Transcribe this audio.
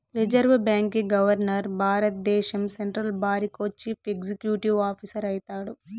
reserve బాంకీ governor భారద్దేశం central బారికో చీఫ్ ఎక్సిక్యూటివ్ ఆఫీసరు అయితాడు